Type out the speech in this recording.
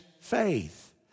faith